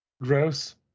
Gross